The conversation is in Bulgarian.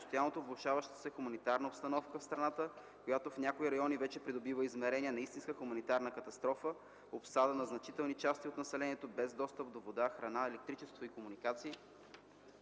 постоянно влошаващата се хуманитарна обстановка в страната, която в някои райони вече придобива измеренията на истинска хуманитарна катастрофа – обсада на значителни части от населението, без достъп до вода, храна, електричество и комуникации;